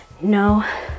no